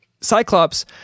Cyclops